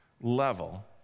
level